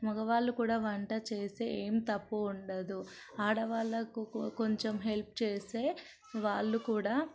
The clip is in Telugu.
మగవాళ్ళు కూడా వంట చేస్తే ఏం తప్పు ఉండదు ఆడవాళ్లకు కొంచెం హెల్ప్ చేస్తే వాళ్లు కూడా